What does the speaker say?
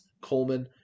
Coleman